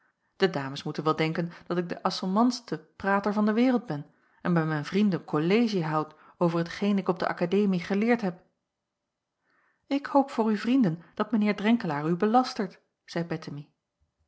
de dames moeten wel denken dat ik de assommantste prater van de wereld ben en bij mijn vrienden kollegie hou over hetgeen ik op de akademie geleerd heb ik hoop voor uw vrienden dat mijn heer drenkelaer u belastert zeî